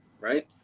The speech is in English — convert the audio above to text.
right